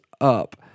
up